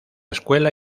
escuela